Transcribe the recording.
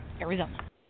Arizona